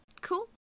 Cool